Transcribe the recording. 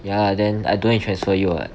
ya lah then I don't need transfer you [what]